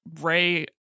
Ray